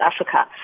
Africa